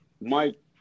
Mike